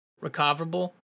recoverable